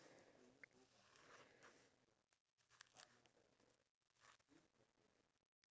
ya but it's not like a like a unique nick~ nickname what it has to be like like showy